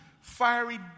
Fiery